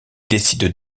décident